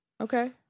Okay